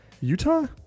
Utah